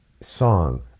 song